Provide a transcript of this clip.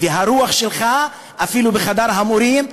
והרוח שלך בחדר המורים,